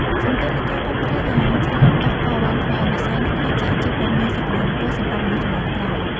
សន្ទុះនៃការគាំទ្រយ៉ាងច្រើនកុះករបានធ្វើឱ្យវិស័យនេះក្លាយជាអាជីពដ៏មានសក្តានុពលសម្រាប់មនុស្សជំនាន់ក្រោយ។